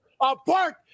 apart